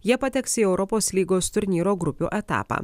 jie pateks į europos lygos turnyro grupių etapą